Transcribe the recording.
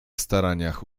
staraniach